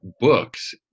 books